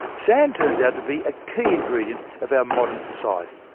sand turns out to be a key ingredient of our modern society.